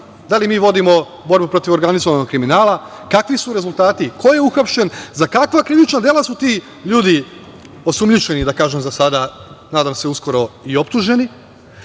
da li mi vodimo borbu protiv organizovanog kriminala, kakvi su rezultati, ko je uhapšen, za kakva krivična dela su ti ljudi osumnjičeni, a nadam se uskoro i optuženi,